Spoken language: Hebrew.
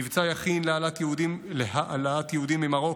מבצע יכין להעלאת יהודים ממרוקו,